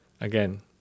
Again